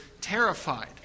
terrified